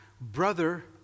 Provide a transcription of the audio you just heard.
brother